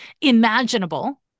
imaginable